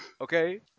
okay